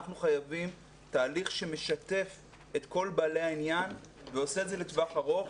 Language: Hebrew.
אנחנו חייבים תהליך שמשתף את כל בעלי העניין ועושה את זה לטווח ארוך.